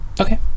Okay